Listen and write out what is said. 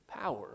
power